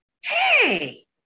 Hey